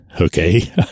Okay